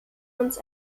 uns